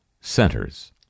centers